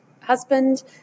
husband